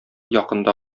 якында